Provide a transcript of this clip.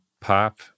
pop